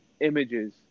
images